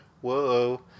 Whoa